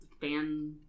fan